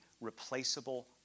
replaceable